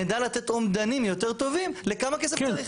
נדע לתת אומדנים יותר טובים לכמה כסף צריך.